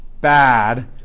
bad